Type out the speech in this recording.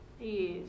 Yes